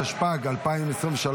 התשפ"ג 2023,